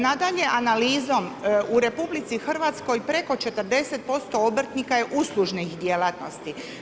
Nadalje, analizom u RH preko 40% obrtnika je uslužnih djelatnosti.